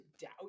doubt